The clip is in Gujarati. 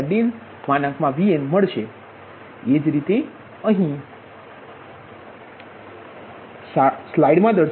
એ જ રીતે અહીં P32p P33p